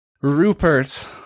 Rupert